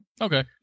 Okay